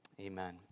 amen